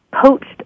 poached